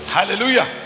Hallelujah